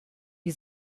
die